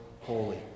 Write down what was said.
holy